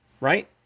Right